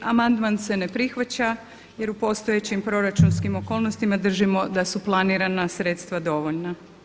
Amandman se ne prihvaća jer u postojećim proračunskim okolnostima držimo da su planirana sredstva dovoljna.